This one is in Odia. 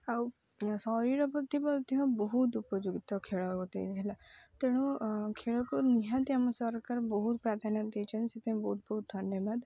ଆଉ ଶରୀର ପ୍ରତି ମଧ୍ୟ ବହୁତ ଉପଯୋଗିତା ଖେଳ ଗୋଟେ ହେଲା ତେଣୁ ଖେଳକୁ ନିହାତି ଆମ ସରକାର ବହୁତ ପ୍ରାଧାନ୍ୟ ଦେଇଚନ୍ତି ସେଥିପାଇଁ ବହୁତ ବହୁତ ଧନ୍ୟବାଦ